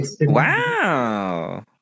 Wow